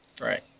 Right